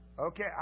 Okay